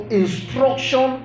instruction